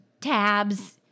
tabs